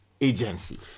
agency